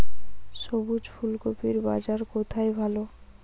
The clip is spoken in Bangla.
সবুজ ফুলকপির বাজার কোথায় ভালো?